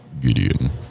Gideon